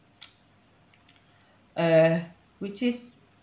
uh which is